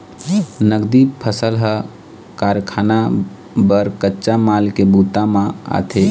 नगदी फसल ह कारखाना बर कच्चा माल के बूता म आथे